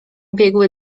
biegły